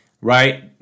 right